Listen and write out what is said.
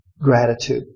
gratitude